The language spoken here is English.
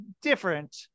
different